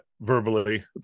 verbally